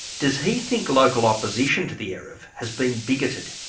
does he think local opposition to the eruv has been bigoted?